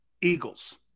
Eagles